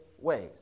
ways